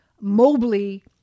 Mobley